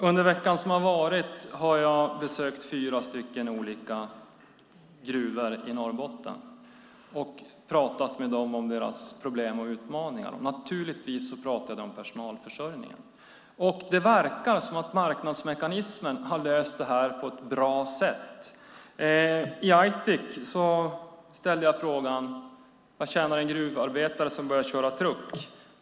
Herr talman! Under veckan har jag besökt fyra gruvor i Norrbotten och pratat om deras problem och utmaningar. Naturligtvis pratade de om personalförsörjningen. Det verkar som att marknadsmekanismen har löst frågan på ett bra sätt. I Aitik frågade jag vad gruvarbetare tjänar som börjar köra truck.